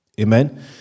Amen